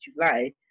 july